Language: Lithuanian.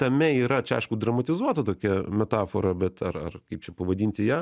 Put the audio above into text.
tame yra čia aišku dramatizuota tokia metafora bet ar ar kaip čia pavadinti ją